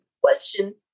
Question